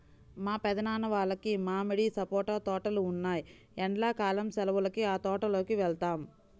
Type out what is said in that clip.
మా పెద్దనాన్న వాళ్లకి మామిడి, సపోటా తోటలు ఉన్నాయ్, ఎండ్లా కాలం సెలవులకి ఆ తోటల్లోకి వెళ్తాం